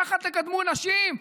ככה תקדמו נשים?